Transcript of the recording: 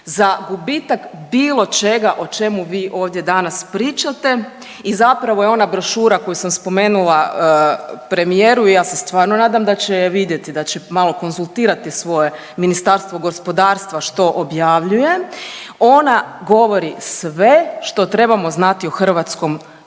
za gubitak bilo čega o čemu vi danas ovdje pričate. I zapravo je ona brošura koju sam spomenula premijeru i ja se stvarno nadam da će je vidjeti, da će malo konzultirati svoje Ministarstvo gospodarstva što objavljuje, ona govori sve što trebamo znati o hrvatskom HDZ-ovom